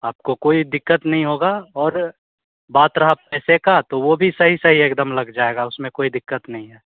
आपको कोई दिक्कत नहीं होगा और बात रहा पैसे का तो वह भी सही सही एकदम लग जाएगा उसमें कोई दिक्कत नहीं है